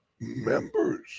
members